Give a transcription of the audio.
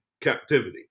captivity